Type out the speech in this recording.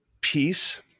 peace